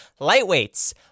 lightweights